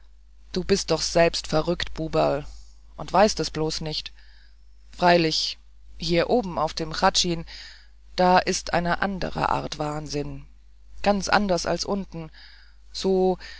du bist doch selbst verrückt buberl und weißt es bloß nicht freilich hier oben auf dem hradschin da is eine andere art wahnsinn ganz anders als unten so